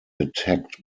attacked